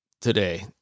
today